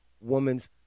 woman's